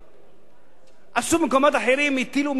במקומות אחרים הטילו מסים על מסים על הדירות